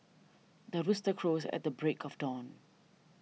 the rooster crows at the break of dawn